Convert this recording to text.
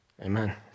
Amen